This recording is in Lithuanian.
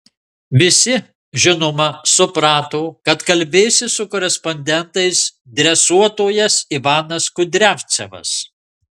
visi žinoma suprato kad kalbėsis su korespondentais dresuotojas ivanas kudriavcevas